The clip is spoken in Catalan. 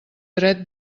dret